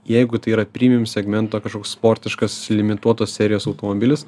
jeigu tai yra premium segmento kažkoks sportiškas limituotos serijos automobilis